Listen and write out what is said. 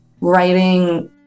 writing